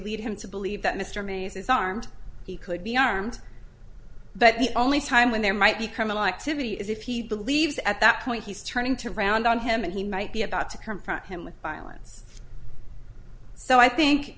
lead him to believe that mr maze is armed he could be armed but the only time when there might be criminal activity is if he believes at that point he's turning to round on him and he might be about to confront him with violence so i think